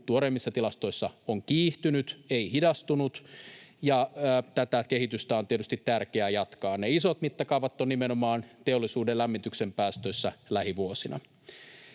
tuoreimmissa tilastoissa on kiihtynyt, ei hidastunut, ja tätä kehitystä on tietysti tärkeää jatkaa. Ne isot mittakaavat ovat nimenomaan teollisuuden lämmityksen päästöissä lähivuosina.